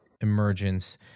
Emergence